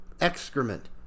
excrement